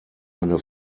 eine